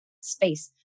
space